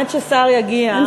עד שהשר יגיע,